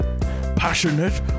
Passionate